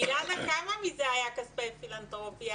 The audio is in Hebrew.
אילנה, כמה מזה היה כספי פילנתרופיה?